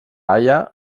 haia